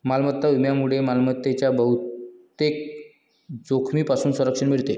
मालमत्ता विम्यामुळे मालमत्तेच्या बहुतेक जोखमींपासून संरक्षण मिळते